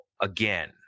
again